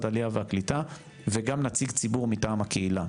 העלייה והקליטה וגם נציג ציבור מטעם הקהילה,